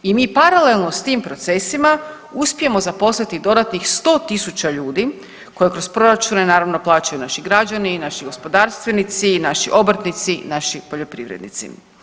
I mi paralelno s tim procesima uspijemo zaposliti dodatnih sto tisuća ljudi koji kroz proračune naravno plaćaju naši građani, naši gospodarstvenici, naši obrtnici, naši poljoprivrednici.